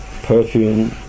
perfume